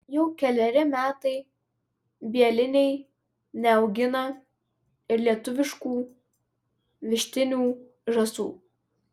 jau keleri metai bieliniai neaugina ir lietuviškų vištinių žąsų